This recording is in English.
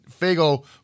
Fago